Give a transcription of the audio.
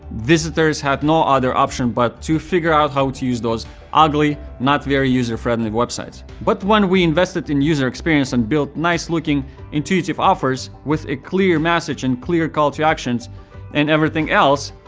visitors had no other option but to figure out how to use those ugly, not-very-user-friendly websites. but when we invested in user experience and built nice-looking intuitive offers with clear message and clear call to actions and everything else,